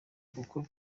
kuko